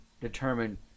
determine